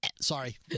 Sorry